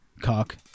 Cock